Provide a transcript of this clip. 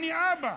אני אבא.